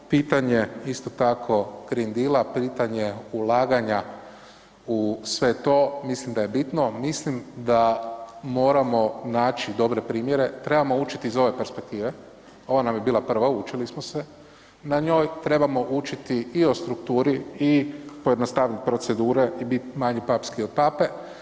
Pitanje isto tako Green Deala, pitanje ulaganja u sve to mislim da je bitno, mislim da moramo naći dobre primjere, trebao učiti iz ove perspektive, ovo nam je bila prva učili smo se na njoj, trebamo učiti i o strukturi i pojednostavit procedure i bit manji papski od Pape.